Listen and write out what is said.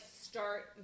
start